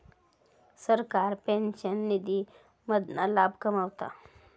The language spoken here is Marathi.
सरकार पेंशन निधी मधना लाभ कमवता